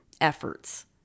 efforts